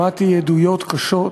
שמעתי עדויות קשות,